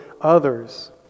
others